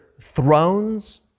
thrones